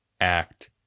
act